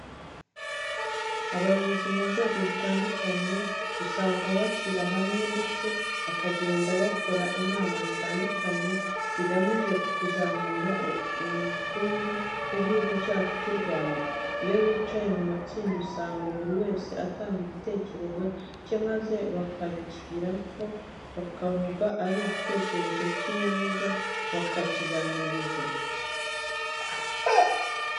Abayobozi mu nzego zitandukanye usanga bashyira hamwe ndetse bakagenda bakora inama zitandukanye zigamije kuzamura ubukungu bw'Igihugu cyacu cy'u Rwanda. Iyo bicaye mu matsinda usanga buri wese atanga igitekerezo cye maze bakakiganiraho bakumva ari igitekerezo cy'inyamibwa bakagikurikiza.